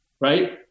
right